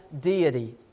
deity